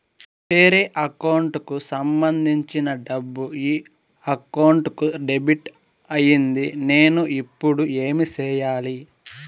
వేరే అకౌంట్ కు సంబంధించిన డబ్బు ఈ అకౌంట్ కు డెబిట్ అయింది నేను ఇప్పుడు ఏమి సేయాలి